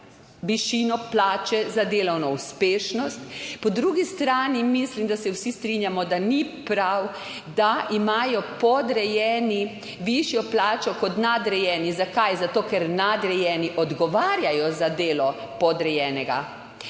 višino plače za delovno uspešnost. Po drugi strani mislim, da se vsi strinjamo, da ni prav, da imajo podrejeni višjo plačo kot nadrejeni. Zakaj? Zato, ker nadrejeni odgovarjajo za delo podrejenega.